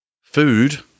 Food